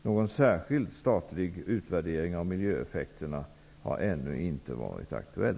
Någon särskild statlig utvärdering av miljöeffekterna har ännu inte varit aktuell.